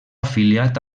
afiliat